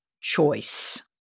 choice